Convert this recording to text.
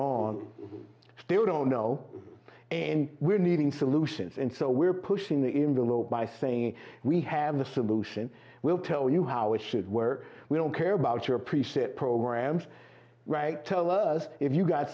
on still don't know and we're needing solutions and so we're pushing the envelope by saying we have the solution we'll tell you how it should work we don't care about your pre set programs right tell us if you've got